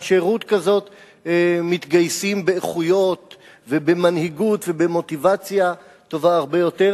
שירות כזאת מתגייסים באיכות ובמנהיגות ובמוטיבציה טובות הרבה יותר,